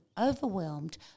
overwhelmed